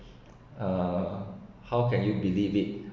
uh how can you believe it